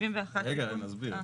71. רגע, נסביר.